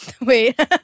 Wait